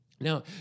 Now